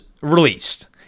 released